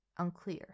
unclear